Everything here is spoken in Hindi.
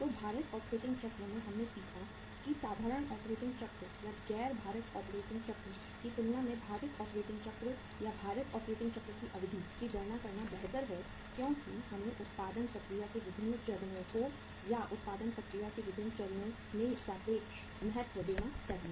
तो भारित ऑपरेटिंग चक्र में हमने सीखा कि साधारण ऑपरेटिंग चक्र या गैर भारित ऑपरेटिंग चक्र की तुलना में भारित ऑपरेटिंग चक्र या भारित ऑपरेटिंग चक्र की अवधि की गणना करना बेहतर है क्योंकि हमें उत्पादन प्रक्रिया के विभिन्न चरणों को या उत्पादन प्रक्रिया के विभिन्न चरणों में सापेक्ष महत्व देना चाहिए